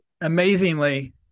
amazingly